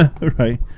Right